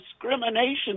discrimination